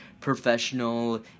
professional